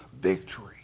victory